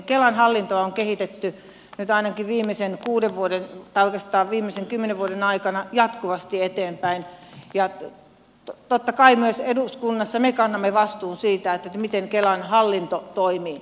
kelan hallintoa on kehitetty nyt ainakin viimeisen kuuden vuoden tai oikeastaan viimeisen kymmenen vuoden aikana jatkuvasti eteenpäin ja totta kai myös eduskunnassa me kannamme vastuun siitä miten kelan hallinto toimii